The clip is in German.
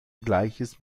gleiches